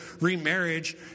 remarriage